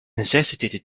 necessitated